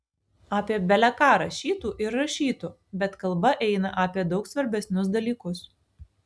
apie bele ką rašytų ir rašytų bet kalba eina apie daug svarbesnius dalykus